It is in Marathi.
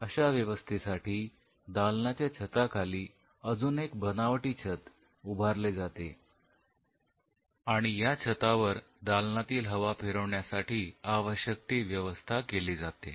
अशा व्यवस्थेसाठी दालनाच्या छताखाली अजून एक बनावटी छत उभारले जाते आणि या छतावर दालनातील हवा फिरवण्यासाठी आवश्यक ती व्यवस्था केली जाते